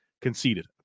conceded